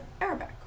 Arabic